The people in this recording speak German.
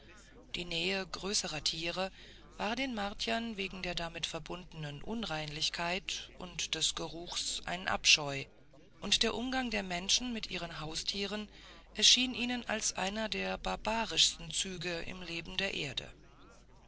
die nähe größerer tiere war den martiern wegen der damit verbundenen unreinlichkeit und des geruches ein abscheu und der umgang der menschen mit ihren haustieren erschien ihnen als einer der barbarischsten züge im leben der erde